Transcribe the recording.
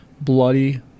bloody